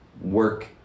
work